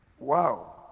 Wow